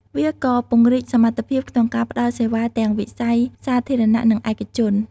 វាក៏ពង្រីកសមត្ថភាពក្នុងការផ្តល់សេវាទាំងវិស័យសាធារណៈនិងឯកជន។